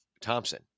Thompson